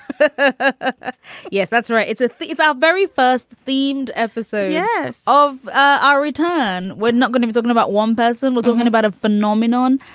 ah yes, that's right it's a it's our very first themed episode. yes. of our return we're not gonna be talking about one person. we're talking about a phenomenon.